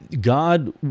God